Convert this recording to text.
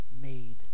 made